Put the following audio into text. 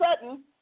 sudden